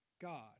God